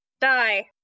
die